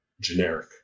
generic